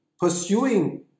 pursuing